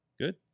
good